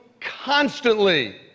constantly